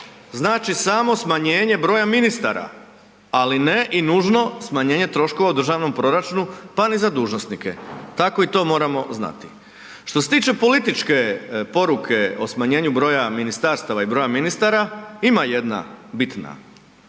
znači samo smanjenje broja ministara, ali ne i nužno smanjenje troškova u državnom proračunu, pa ni za dužnosnike, tako i to moramo znati. Što se tiče političke poruke o smanjenju broja ministarstava i broja ministara, ima jedna bitna.